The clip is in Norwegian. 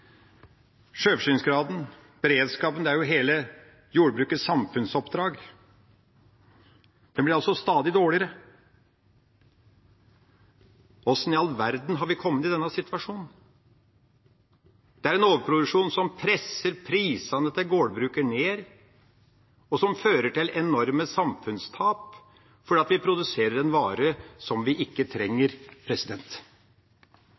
Sjølforsyningsgraden, beredskapen, er jo hele jordbrukets samfunnsoppdrag. Den blir stadig dårligere. Hvordan i all verden har vi kommet i den situasjonen? Det er en overproduksjon som presser prisene til gårdbrukeren ned, og som fører til enorme samfunnstap fordi vi produserer en vare vi ikke